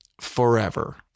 forever